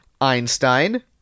Einstein